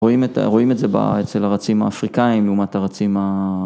רואים את זה אצל הרצים האפריקאים לעומת הרצים ה...